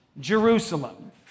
Jerusalem